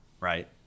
right